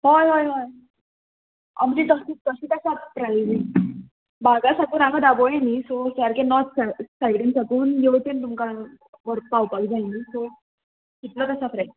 हय हय हय आमची तशी तशींत आसा प्रायस बागा साकून हांगा दाबोळे न्ही सो सारके नॉर्थ साय सायडीन साकून हेवटेन तुमकां व्हर पावपाक जाय न्ही सो तितलोच आसा प्रायस